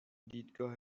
دیدگاه